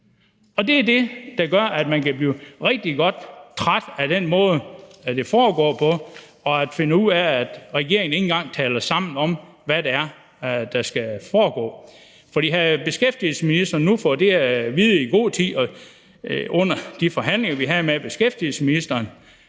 Det er det, der gør, at man kan blive rigtig godt træt af den måde, det foregår på, altså at finde ud af, at man i regeringen ikke engang taler sammen om, hvad det er, der skal foregå. For havde beskæftigelsesministeren nu fået det at vide i god tid og under de forhandlinger, vi havde med beskæftigelsesministeren,